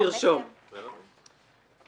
זאת לא נשמעת התנהלות ממש ראויה.